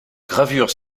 gravures